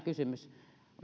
kysymys